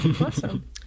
Awesome